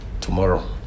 tomorrow